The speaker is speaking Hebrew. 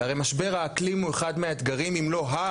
והרי משבר האקלים הוא אחד מהאתגרים אם לא ה-